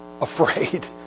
afraid